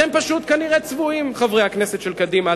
אתם פשוט כנראה צבועים, חברי הכנסת של קדימה.